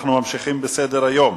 אנחנו ממשיכים בסדר-היום.